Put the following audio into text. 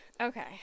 okay